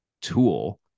tool